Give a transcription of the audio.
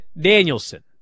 Danielson